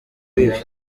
bibi